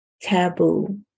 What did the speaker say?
taboo